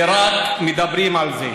ורק מדברים על זה.